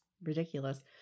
Ridiculous